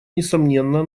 несомненно